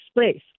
space